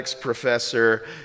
professor